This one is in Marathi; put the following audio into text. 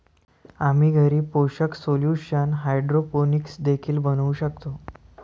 आम्ही घरी पोषक सोल्यूशन हायड्रोपोनिक्स देखील बनवू शकतो